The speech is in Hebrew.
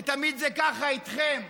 ותמיד זה ככה איתכם,